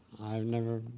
i've never,